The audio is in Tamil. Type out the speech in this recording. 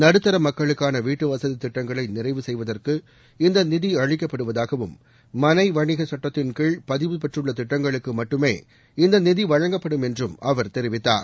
நடுத்தர மக்களுக்கான வீட்டு வசதி திட்டங்களை நிறைவு செய்வதற்கு இந்த நிதி அளிக்கப்படுவதாகவும் மனை வணிக சட்டத்தின் கீழ் பதிவு பெற்றுள்ள திட்டங்களுக்கு மட்டுமே இந்த நிதி வழங்கப்படும் என்றும் அவர் தெரிவித்தார்